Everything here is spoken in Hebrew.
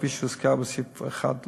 כפי שהוזכר בסעיף 1 לעיל,